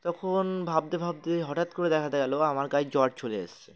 তখন ভাবতে ভাবতে হঠাৎ করে দেখা গেল আমার গায়ে জ্বর চলে এসেছে